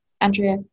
Andrea